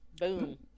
Boom